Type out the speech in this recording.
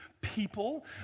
people